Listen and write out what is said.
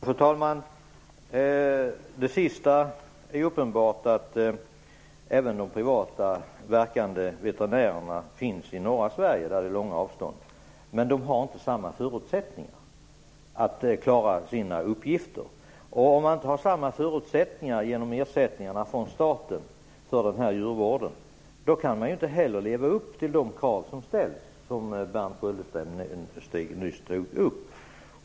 Fru talman! När det gäller det sista som Berndt Sköldestig sade är det uppenbart att de privat verkande veterinärerna även finns i norra Sverige, där det är långa avstånd. Men de har inte samma förutsättningar att klara sina uppgifter. Om man inte har samma förutsättningar genom ersättningarna från staten för djurvården kan man inte heller leva upp till de krav som ställs och som Berndt Sköldestig nyss tog upp.